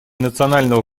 национального